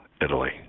Italy